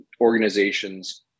organizations